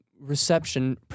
reception